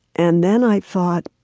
and then i thought,